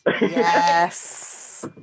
Yes